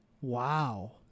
Wow